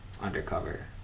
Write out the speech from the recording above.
Undercover